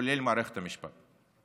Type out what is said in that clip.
כולל מערכת המשפט.